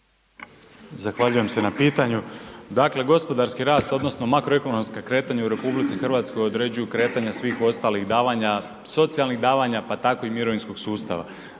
Zahvaljujem se na pitanju. Dakle gospodarski rast odnosno makroekonomska kretanja u RH određuju kretanja svih ostalih davanja, socijalnih davanja pa tako i mirovinskog sustava.